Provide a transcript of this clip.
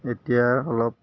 এতিয়া অলপ